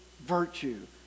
virtue